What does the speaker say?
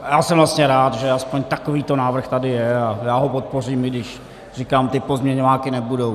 Já jsem vlastně rád, že aspoň takovýto návrh tady je, a já ho podpořím, i když říkám pozměňováky nebudou.